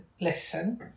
Listen